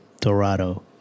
Dorado